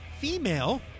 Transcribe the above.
female